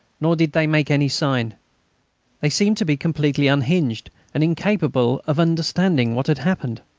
nor did they make any sign they seemed to be completely unhinged and incapable of understanding what had happened.